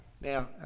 Now